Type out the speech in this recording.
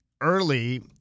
early